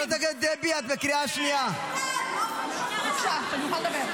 22 שנה עורכת דין, זה מה שיש לך להגיד?